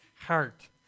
heart